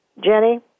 Jenny